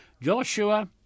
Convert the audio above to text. Joshua